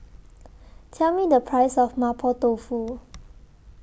Tell Me The Price of Mapo Tofu